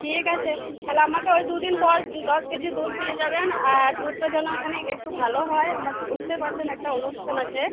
ঠিক আছে তাহলে আমাকে ওই দু দিন পর দশ কেজি দুধ দিয়ে যাবেন আর দুধটা জন্য এখানে একটু ভালো হয় আমার বুঝতে পারছেন একটা অনুষ্ঠান আছে